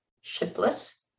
shipless